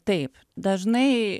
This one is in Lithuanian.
taip dažnai